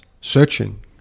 searching